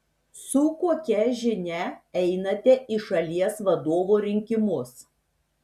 su kokia žinia einate į šalies vadovo rinkimus